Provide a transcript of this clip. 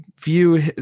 view